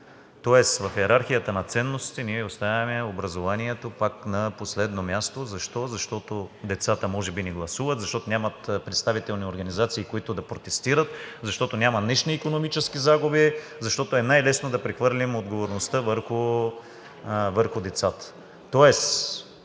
Тоест в йерархията на ценностите ние оставяме образованието пак на последно място. Защо? Защото децата може би не гласуват, защото нямат представителни организации, които да протестират, защото няма наистина икономически загуби, защото е най лесно да прехвърлим отговорността върху децата.